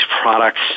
products